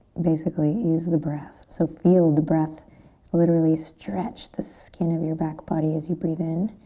basically use the breath. so feel the breath literally stretch the skin of your back body as you breathe in.